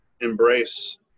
embrace